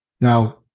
now